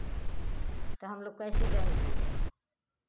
तो हम लोग कैसे जाएँगे